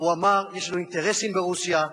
הוא אמר: יש לנו אינטרסים ברוסיה,